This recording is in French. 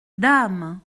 dame